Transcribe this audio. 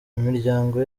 imiryango